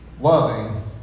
Loving